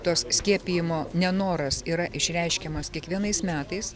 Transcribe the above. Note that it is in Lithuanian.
tos skiepijimo nenoras yra išreiškiamas kiekvienais metais